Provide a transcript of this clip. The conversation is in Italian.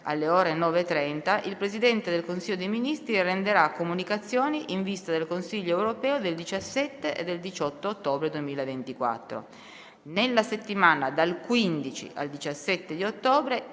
alle ore 9,30, il Presidente del Consiglio dei ministri renderà comunicazioni in vista del Consiglio europeo del 17 e del 18 ottobre 2024. Nella settimana dal 15 al 17 ottobre,